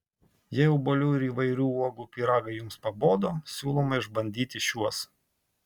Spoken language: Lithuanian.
jei obuolių ir įvairių uogų pyragai jums pabodo siūlome išbandyti šiuos